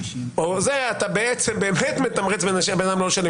אתה באמת מתמרץ בן אדם לא לשלם.